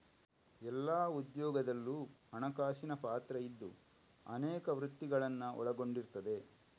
ಎಲ್ಲಾ ಉದ್ಯೋಗದಲ್ಲೂ ಹಣಕಾಸಿನ ಪಾತ್ರ ಇದ್ದು ಅನೇಕ ವೃತ್ತಿಗಳನ್ನ ಒಳಗೊಂಡಿರ್ತದೆ